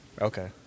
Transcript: Okay